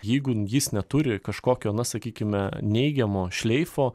jeigu jis neturi kažkokio na sakykime neigiamo šleifo